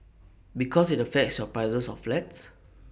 because IT affects your prices of flats